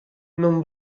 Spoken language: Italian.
non